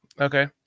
Okay